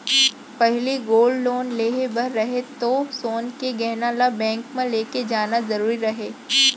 पहिली gold loan लेहे बर रहय तौ सोन के गहना ल बेंक म लेके जाना जरूरी रहय